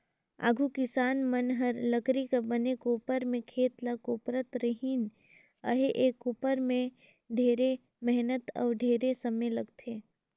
आघु किसान मन हर लकरी कर बने कोपर में खेत ल कोपरत रिहिस अहे, ए कोपर में ढेरे मेहनत अउ ढेरे समे लगथे